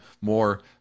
more